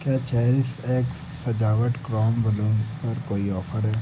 क्या cherish X सजावट chrome balloons पर कोई ऑफर है